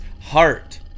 heart